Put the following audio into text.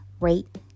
rate